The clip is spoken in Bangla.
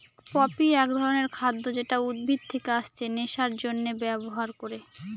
পপি এক ধরনের খাদ্য যেটা উদ্ভিদ থেকে আছে নেশার জন্যে ব্যবহার করে